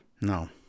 No